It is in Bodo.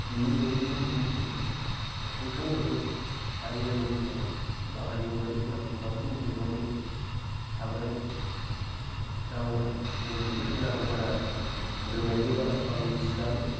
गोयि बायदिमोन जोंनिथिं ओंखायनो जों आजै आजौनि खेला बा हारिमुवारि खेलाफोरखौ जों बांसिन गेलेनानै थाबोनाय जाहोनाव जों बेफोर खेलाखौ बारा रोंनायबो जाला बा मिथिलाबो